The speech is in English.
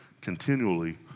continually